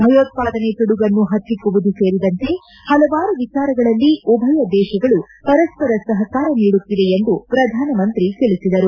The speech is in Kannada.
ಭಯೋತ್ವಾದನೆ ಪಿಡುಗನ್ನು ಪತ್ತಿಕ್ಕುವುದು ಸೇರಿದಂತೆ ಹಲವಾರು ವಿಚಾರಗಳಲ್ಲಿ ಉಭಯ ದೇಶಗಳು ಪರಸ್ಪರ ಸಹಕಾರ ನೀಡುತ್ತಿವೆ ಎಂದು ಪ್ರಧಾನಮಂತ್ರಿ ತಿಳಿಸಿದರು